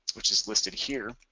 which is listed here.